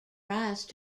rise